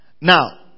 Now